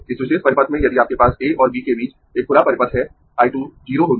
इस विशेष परिपथ में यदि आपके पास A और B के बीच एक खुला परिपथ है I 2 0 होगी